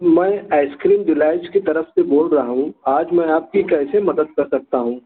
میں ice cream Delight کی طرف سے بول رہا ہوں آج میں آپ کی کیسے مدد کر سکتا ہوں